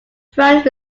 frank